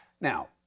Now